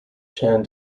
chan